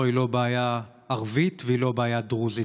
היא לא בעיה ערבית והיא לא בעיה דרוזית,